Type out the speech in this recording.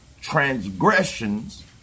transgressions